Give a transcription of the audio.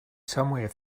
somewhere